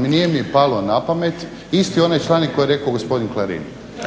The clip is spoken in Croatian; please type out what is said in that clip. nije mi palo na pamet, isti onaj članak koji je rekao gospodin Klarin,